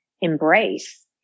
embrace